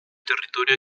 territorio